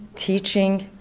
teaching,